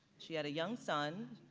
she had a young son,